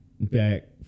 back